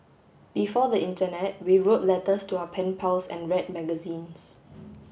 before the internet we wrote letters to our pen pals and read magazines